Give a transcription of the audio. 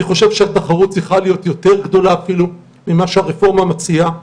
אני חושב שהתחרות צריכה להיות יותר גדולה אפילו ממה שהרפורמה מציעה.